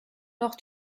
noch